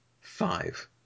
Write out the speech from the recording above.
five